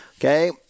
okay